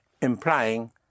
Implying